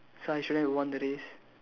so I shouldn't have won the race